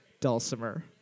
Dulcimer